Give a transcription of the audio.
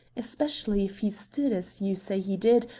especially if he stood, as you say he did,